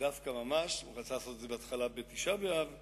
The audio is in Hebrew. דווקא ממש, הוא רצה לעשות את זה בהתחלה בתשעה באב,